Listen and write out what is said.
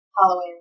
Halloween